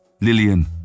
Lillian